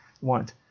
want